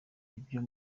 nibyo